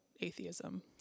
atheism